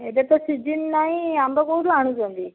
ଏବେ ତ ସିଜିନ୍ ନାଇଁ ଆମ୍ବ କେଉଁଠୁ ଆଣୁଛନ୍ତି